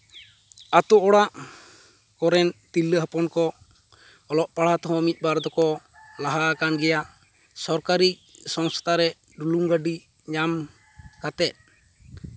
ᱟᱹᱛᱩ ᱚᱲᱟᱜ ᱠᱚᱨᱮᱱ ᱛᱤᱨᱞᱟᱹ ᱦᱚᱯᱚᱱ ᱠᱚ ᱚᱞᱚᱜ ᱯᱟᱲᱦᱟᱜ ᱛᱮᱦᱚᱸ ᱢᱤᱫᱼᱵᱟᱨ ᱠᱚ ᱞᱟᱦᱟ ᱟᱠᱟᱱ ᱜᱮᱭᱟ ᱥᱚᱨᱠᱟᱨᱤ ᱥᱚᱝᱛᱷᱟ ᱨᱮ ᱰᱩᱞᱩᱝ ᱜᱟᱹᱰᱤ ᱧᱟᱢ ᱠᱟᱛᱮᱫ